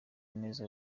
neza